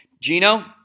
Gino